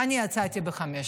אני יצאתי ב-17:00.